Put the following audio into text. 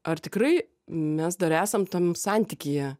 ar tikrai mes dar esam tam santykyje